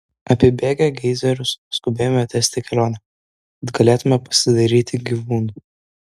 apibėgę geizerius skubėjome tęsti kelionę kad galėtumėme pasidairyti gyvūnų